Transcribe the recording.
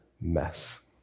mess